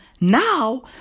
Now